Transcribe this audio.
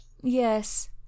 Yes